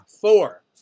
four